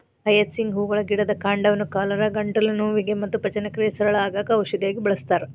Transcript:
hyacinth ಹೂಗಳ ಗಿಡದ ಕಾಂಡವನ್ನ ಕಾಲರಾ, ಗಂಟಲು ನೋವಿಗೆ ಮತ್ತ ಪಚನಕ್ರಿಯೆ ಸರಳ ಆಗಾಕ ಔಷಧಿಯಾಗಿ ಬಳಸ್ತಾರ